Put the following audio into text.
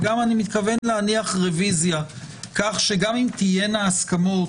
ואני גם מתכוון להניח רביזיה כך שגם אם תהיינה הסכמות,